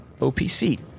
OPC